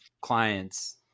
clients